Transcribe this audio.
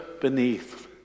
beneath